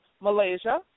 Malaysia